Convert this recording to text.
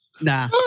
Nah